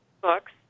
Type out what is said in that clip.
books